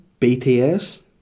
BTS